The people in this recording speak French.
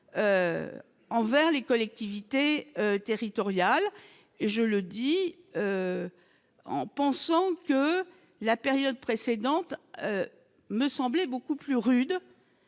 envers les collectivités territoriales et je le dis en pensant que la période précédente, me semblait beaucoup plus rude,